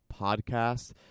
podcast